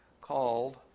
called